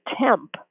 temp